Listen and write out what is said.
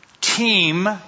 team